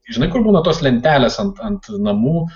žinai kur būna tos lentelės ant ant namų